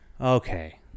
Okay